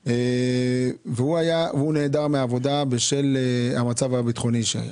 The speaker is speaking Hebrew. הוא נעדר מהעבודה שלו בתל אביב בשל המצב הביטחוני.